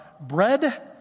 bread